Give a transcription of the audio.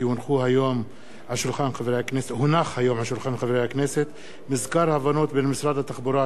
כי הונח היום על שולחן הכנסת מזכר הבנות בין משרד התחבורה,